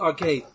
Okay